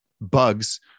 bugs